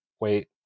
wait